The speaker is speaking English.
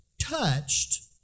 touched